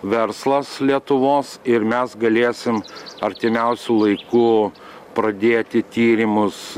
verslas lietuvos ir mes galėsim artimiausiu laiku pradėti tyrimus